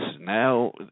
now